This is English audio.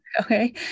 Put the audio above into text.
Okay